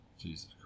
Jesus